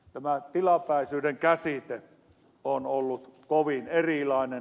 tämä tilapäisyyden käsite on ollut kovin erilainen